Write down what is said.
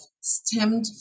stemmed